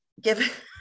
Give